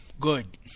Good